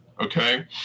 Okay